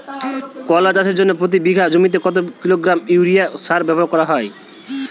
করলা চাষের জন্য প্রতি বিঘা জমিতে কত কিলোগ্রাম ইউরিয়া সার ব্যবহার করা হয়?